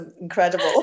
incredible